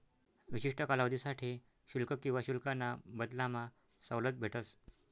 विशिष्ठ कालावधीसाठे शुल्क किवा शुल्काना बदलामा सवलत भेटस